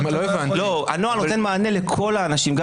הנוהל נותן מענה לכל האנשים.